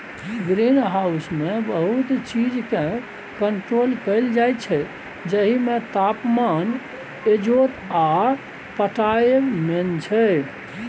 green हाउसमे बहुत चीजकेँ कंट्रोल कएल जाइत छै जाहिमे तापमान, इजोत आ पटाएब मेन छै